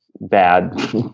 bad